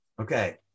Okay